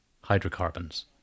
hydrocarbons